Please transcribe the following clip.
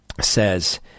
says